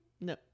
No